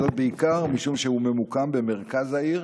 וזאת בעיקר משום שהוא ממוקם במרכז העיר